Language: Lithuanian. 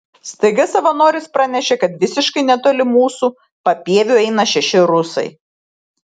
staiga savanoris pranešė kad visiškai netoli mūsų papieviu eina šeši rusai